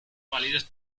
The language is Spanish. validez